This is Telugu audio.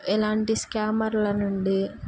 ఇలాంటి స్కామర్ల నుండి